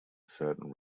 certain